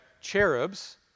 cherubs